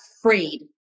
afraid